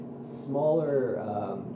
smaller